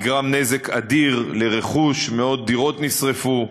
נגרם נזק אדיר לרכוש, מאות דירות נשרפו,